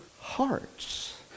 hearts